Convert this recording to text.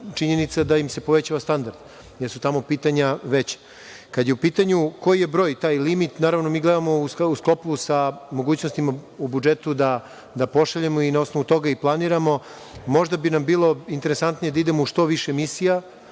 da im se povećava standard, jer su tamo pitanja veća. Kada je u pitanju koji je broj taj limit, naravno mi gledamo u sklopu sa mogućnostima u budžetu da pošaljemo i na osnovu toga i planiramo. Možda bi nam bilo interesantnije da idemo u što više misija,